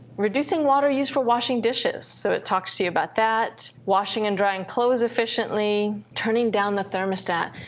reducing water use for washing dishes. so, it talks to you about that. washing and drying clothes efficiently. turning down the thermostat.